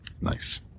Nice